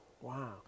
wow